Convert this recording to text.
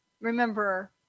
remember